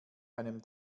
einem